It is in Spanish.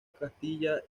castilla